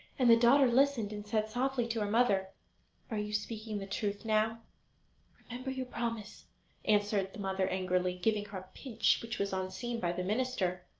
and the daughter listened, and said softly to her mother are you speaking the truth now remember your promise answered the mother angrily, giving her a pinch which was unseen by the minister.